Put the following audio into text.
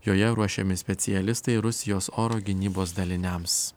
joje ruošiami specialistai rusijos oro gynybos daliniams